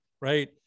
right